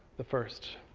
the first.